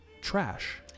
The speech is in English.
trash